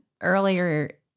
earlier